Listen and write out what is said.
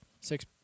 Six